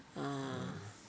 ah